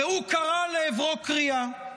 והוא קרא לעברו קריאה,